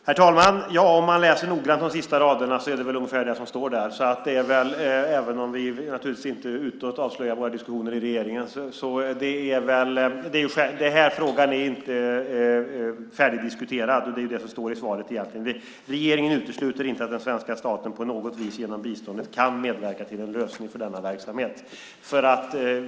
Herr talman! Om man läser noggrant de sista raderna är det väl ungefär det som står där, även om vi naturligtvis inte utåt avslöjar våra diskussioner i regeringen. Frågan är inte färdigdiskuterad, och det är egentligen det som står i svaret: "Regeringen utesluter dock inte att den svenska staten på något vis genom biståndet kan medverka till en lösning" för denna verksamhet.